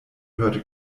hörte